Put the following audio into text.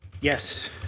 Yes